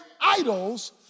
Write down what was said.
idols